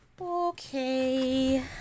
Okay